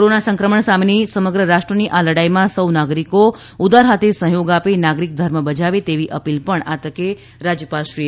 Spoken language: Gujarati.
કોરોના સંક્રમણ સામેની સમગ્ર રાષ્ટ્રની આ લડાઇમાં સૌ નાગરિકો ઉદાર હાથે સહયોગ આપી નાગરિક ધર્મ બજાવે તેવી અપીલ પણ આ તકે રાજ્યપાલશ્રીએ કરી છે